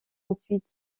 ensuite